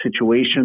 situation